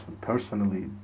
personally